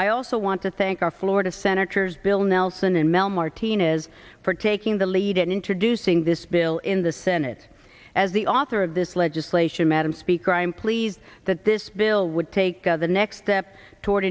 i also want to thank our florida senators bill nelson and mel martinez for taking the lead in introducing this bill in the senate as the author of this legislation madam speaker i am pleased that this bill would take the next step toward